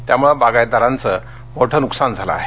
त्यामुळे बागायतदारांचं मोठं नुकसान झालं आहे